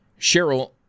Cheryl